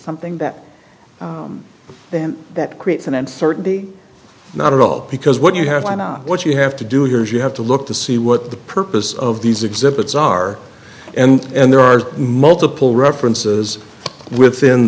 something that then that creates an uncertainty not at all because what you have to not what you have to do here is you have to look to see what the purpose of these exhibits are and there are multiple references within